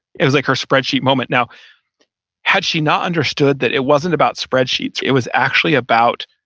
it was like her spreadsheet moment. now had she not understood that it wasn't about spreadsheets, it was actually about,